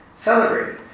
celebrated